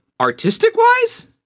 artistic-wise